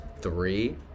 three